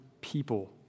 people